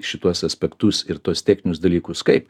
šituos aspektus ir tuos techninius dalykus kaip